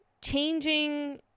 Changing